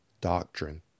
doctrine